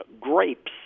Grapes